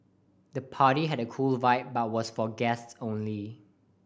the party had a cool vibe but was for guests only